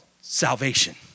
salvation